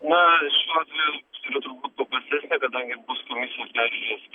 na šiuo atveju turėtų būt paprastesnė kadangi bus komisija peržiūrės